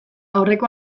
aurreko